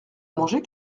manger